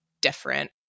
different